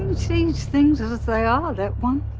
sees things as they are, that one.